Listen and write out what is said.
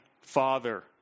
father